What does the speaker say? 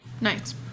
Nice